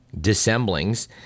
dissemblings